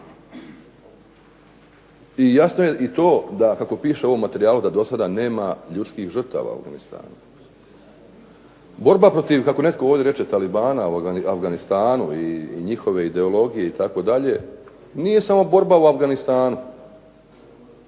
jasno je i to da kako piše u ovom materijalu da do sada nema ljudskih žrtava u Afganistanu. Borba protiv, kako ovdje netko reče, talibana, u Afganistanu i njihove ideologije, nije samo borba u Afganistanu,